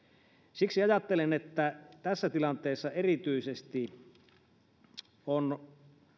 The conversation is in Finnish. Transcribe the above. siksi ajattelen että tässä tilanteessa erityisesti on